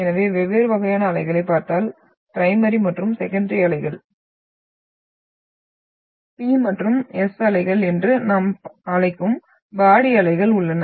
எனவே வெவ்வேறு வகையான அலைகளைப் பார்த்தால் பிரைமரி மற்றும் செகண்டரி அலைகள் P மற்றும் S அலைகள் என்று நாம் அழைக்கும் பாடி அலைகள் உள்ளன